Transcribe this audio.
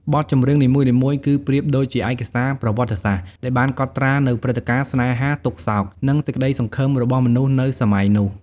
បទចម្រៀងនីមួយៗគឺប្រៀបដូចជាឯកសារប្រវត្តិសាស្ត្រដែលបានកត់ត្រានូវព្រឹត្តិការណ៍ ស្នេហា ទុក្ខសោក និងសេចក្ដីសង្ឃឹមរបស់មនុស្សនៅសម័យនោះ ។